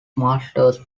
masters